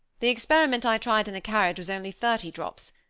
the experiment i tried in the carriage was only thirty drops,